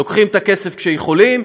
לוקחים את הכסף כשיכולים,